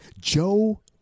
Joe